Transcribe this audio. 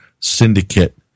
syndicate